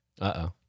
uh-oh